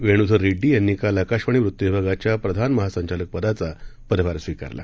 वेणूधर रेड्डी यांनी काल आकाशवाणी वृत्तविभागाच्या प्रधान महासंचालकपदाचा पदभार स्वीकारला